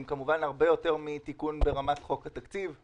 הם כמובן הרבה יותר מתיקון ברמת חוק התקציב.